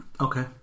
Okay